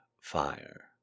fire